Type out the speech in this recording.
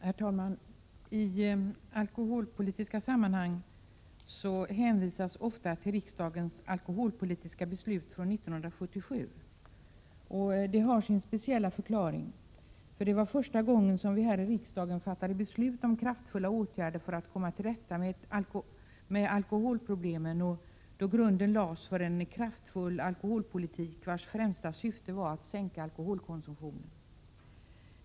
Herr talman! I alkoholpolitiska sammanhang hänvisar man ofta till riksdagens alkoholpolitiska beslut från 1977. Det har sin speciella förklaring. Det var första gången som vi här i riksdagen fattade beslut om kraftfulla åtgärder för att komma till rätta med alkoholproblemen. Grunden lades då för en kraftfull alkoholpolitik, vars främsta syfte var att sänka alkoholkomsumtionen.